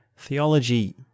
Theology